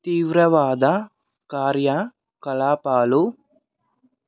తీవ్రవాద కార్యకలాపాలు